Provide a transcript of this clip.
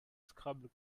scrabble